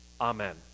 Amen